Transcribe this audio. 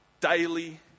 daily